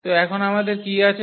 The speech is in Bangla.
তো এখন আমাদের কী আছে